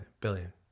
billion